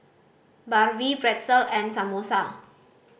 Barfi Pretzel and Samosa